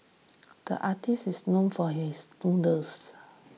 the artist is known for his doodles